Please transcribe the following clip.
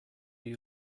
you